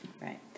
Right